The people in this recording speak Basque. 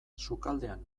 sukaldean